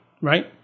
right